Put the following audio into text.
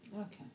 Okay